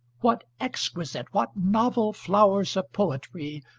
what exquisite, what novel flowers of poetry,